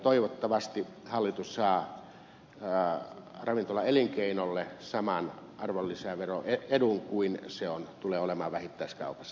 toivottavasti hallitus saa ravintolaelinkeinolle saman arvonlisäveroedun kuin se tulee olemaan vähittäiskaupassa